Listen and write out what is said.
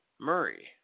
Murray